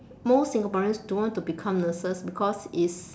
most singaporeans don't want to become nurses because is